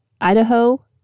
Idaho